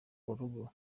urugo